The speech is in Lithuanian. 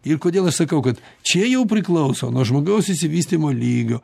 ir kodėl aš sakau kad čia jau priklauso nuo žmogaus išsivystymo lygio